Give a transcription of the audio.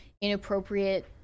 inappropriate